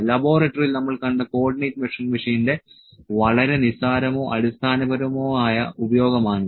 ലബോറട്ടറിയിൽ നമ്മൾ കണ്ട കോർഡിനേറ്റ് മെഷറിംഗ് മെഷീന്റെ വളരെ നിസ്സാരമോ അടിസ്ഥാനപരമോ ആയ ഉപയോഗമാണിത്